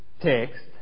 text